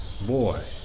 boy